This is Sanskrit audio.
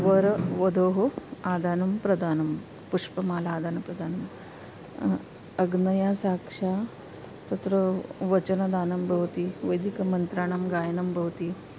वरवध्वोः आदानं प्रदानं पुष्पमाला आदानं प्रदानम् अग्नया साक्षात् तत्र वचनदानं भवति वैदिकमन्त्राणां गायनं भवति